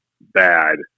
bad